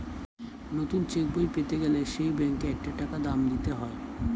নতুন চেক বই পেতে গেলে সেই ব্যাংকে একটা টাকা দাম দিতে হয়